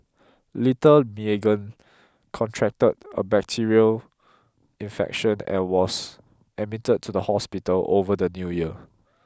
little Meagan contracted a bacterial infection and was admitted to the hospital over the new year